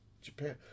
Japan